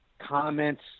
comments